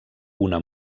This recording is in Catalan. una